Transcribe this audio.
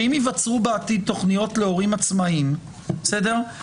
שאם ייווצרו בעתיד תוכניות להורים עצמאיים שיש